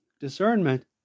discernment